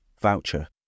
voucher